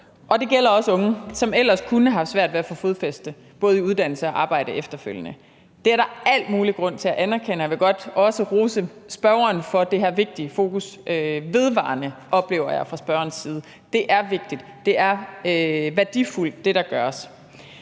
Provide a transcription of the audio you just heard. Det gælder også unge, der ellers kunne have svært ved at finde fodfæste i forhold til både uddannelse og arbejde efterfølgende. Det er der al mulig grund til at anerkende, og jeg vil gerne rose spørgeren for det her vigtige fokus – vedvarende, som jeg oplever det fra spørgerens side. Det er vigtigt; det, der gøres,